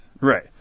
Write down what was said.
Right